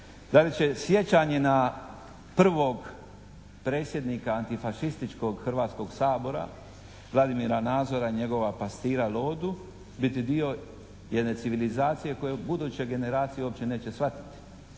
sjećanje na prvog predsjednika antifašističkog Hrvatskog sabora Vladimira Nazora i njegova pastira Lodu biti dio jedne civilizacije koju buduće generacije uopće neće shvatiti.